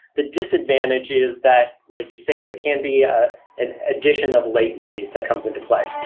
the disadvantage is that like you say, there can be ah an addition of latency that comes into play